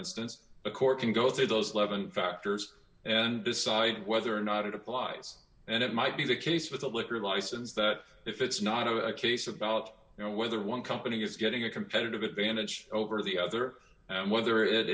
instance the court can go through those levon factors and decide whether or not it applies and it might be the case with a liquor license that if it's not a case about you know whether one company is getting a competitive advantage over the other and whether it